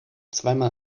zweimal